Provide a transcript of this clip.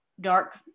dark